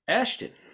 ashton